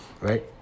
right